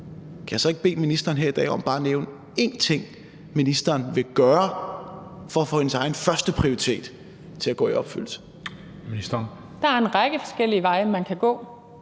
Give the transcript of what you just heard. Kan jeg så ikke bede ministeren om her i dag bare at nævne én ting, ministeren vil gøre for at få sin egen førsteprioritet til at gå i opfyldelse? Kl. 16:19 Den fg. formand